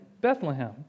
Bethlehem